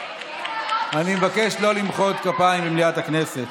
אני מבקש לא למחוא כפיים במליאת הכנסת.